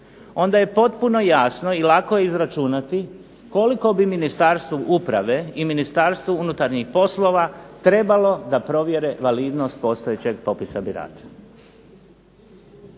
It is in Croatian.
onda je potpuno jasno i lako izračunati koliko bi Ministarstvu uprave i Ministarstvu unutarnjih poslova trebalo da provjere validnost postojećeg popisa birača.